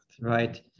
right